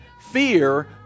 fear